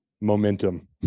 momentum